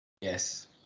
Yes